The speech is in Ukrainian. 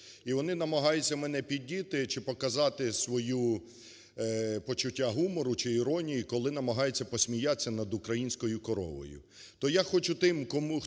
і вони намагаються мене піддіти чи показати своє почуття гумору чи іронію, коли намагаються посміятися над українською коровою.